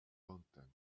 content